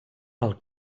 pel